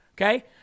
okay